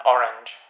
Orange